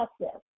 process